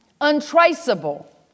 untraceable